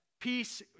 peace